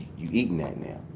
you eating that now.